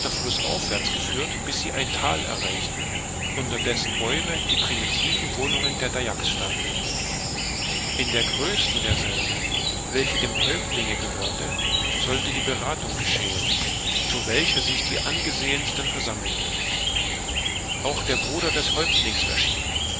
flußaufwärts geführt bis sie ein thal erreichten unter dessen bäumen die primitiven wohnungen der dayaks standen in der größten derselben welche dem häuptlinge gehörte sollte die berathung geschehen zu welcher sich die angesehensten versammelten auch der bruder des häuptlings erschien